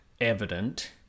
evident